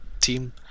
team